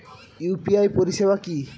UPI পরিষেবা কি?